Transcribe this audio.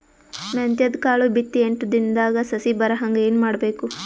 ಮೆಂತ್ಯದ ಕಾಳು ಬಿತ್ತಿ ಎಂಟು ದಿನದಾಗ ಸಸಿ ಬರಹಂಗ ಏನ ಮಾಡಬೇಕು?